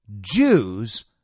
Jews